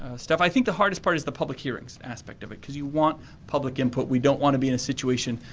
stuff. i think the hardest part is the public hearings aspect but because you want public input. we don't want to be in a situation,